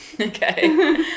Okay